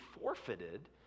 forfeited